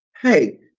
hey